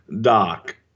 Doc